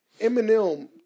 Eminem